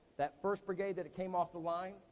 that first brigade that came off the line,